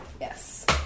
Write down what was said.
Yes